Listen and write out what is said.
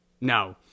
No